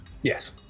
Yes